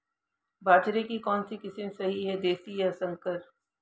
बाजरे की कौनसी किस्म सही हैं देशी या संकर?